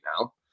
now